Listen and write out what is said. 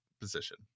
position